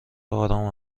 آرام